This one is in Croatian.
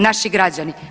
Naši građani.